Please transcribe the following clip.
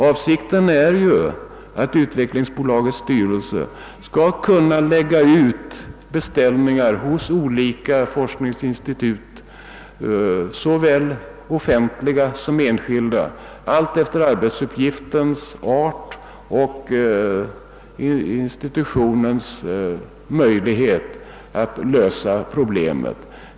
Avsikten är att utvecklingsbolagets styrelse skall kunna lägga ut beställningar hos såväl offentliga som enskilda olika forskningsinstitut alltefter arbetsuppgiftens art och institutionens förutsättningar att lösa problemet.